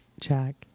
Jack